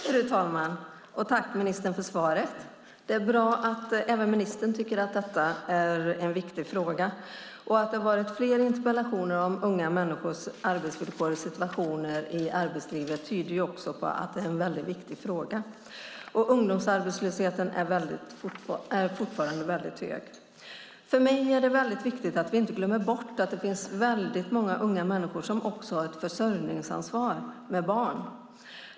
Fru talman! Tack för svaret, ministern! Det är bra att även ministern tycker att detta är en viktig fråga. Att det har varit fler interpellationer om unga människors arbetsvillkor och situation i arbetslivet tyder också på att det är en väldigt viktig fråga. Ungdomsarbetslösheten är också fortfarande hög. För mig är det viktigt att vi inte glömmer bort att det finns många unga människor med barn som också har ett försörjningsansvar.